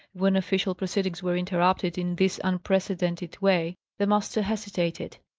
when official proceedings were interrupted in this unprecedented way, the master hesitated.